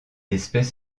espèce